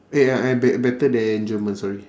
eh ya eh be~ better than german sorry